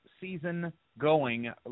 season-going